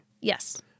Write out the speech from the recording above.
Yes